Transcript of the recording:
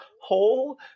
whole